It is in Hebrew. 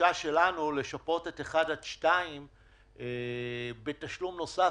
לדרישה שלנו לשפות את 1 עד 2 בתשלום נוסף,